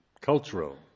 cultural